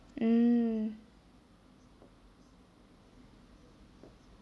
mm